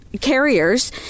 carriers